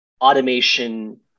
automation